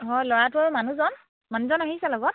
হয় ল'ৰাটো আৰু মানুহজন মানুহজন আহিছে লগত